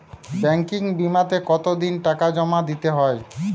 Banking বিমাতে কত দিন টাকা জমা দিতে হয়?